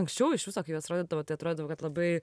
anksčiau iš viso kai juos rodydavo tai atrodydavo kad labai